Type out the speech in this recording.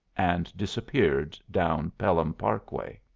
and disappeared down pelham parkway.